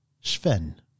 Sven